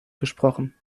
gesprochen